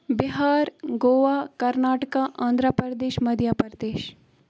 Bihar Goa Karnataka Andhra Pradesh Madhya Pradesh